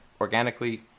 organically